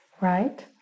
right